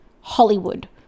Hollywood